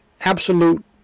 absolute